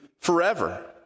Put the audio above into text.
forever